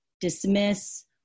dismiss